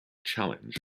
challenge